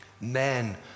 men